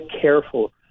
careful